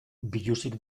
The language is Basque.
biluzik